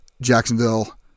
Jacksonville